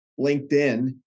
LinkedIn